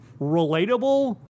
relatable